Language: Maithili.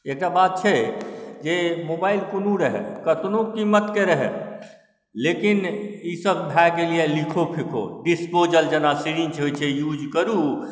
एकटा बात छै जे मोबाइल कोनो रहै कतनो कीमतके रहै लेकिन ईसब भऽ गेल अइ लिखो फेको डिस्पोजल जेना सिरिञ्ज होइ छै यूज करू